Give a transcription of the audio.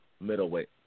middleweight